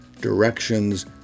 directions